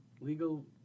legal